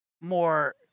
more